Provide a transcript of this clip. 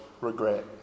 regret